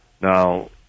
Now